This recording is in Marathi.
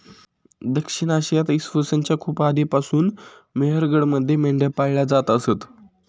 दक्षिण आशियात इसवी सन च्या खूप आधीपासून मेहरगडमध्ये मेंढ्या पाळल्या जात असत